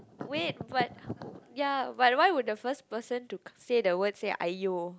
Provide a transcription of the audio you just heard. wait but ya but why would the first person to say the word say !aiyo!